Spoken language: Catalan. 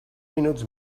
minuts